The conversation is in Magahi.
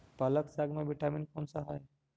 पालक साग में विटामिन कौन सा है?